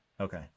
Okay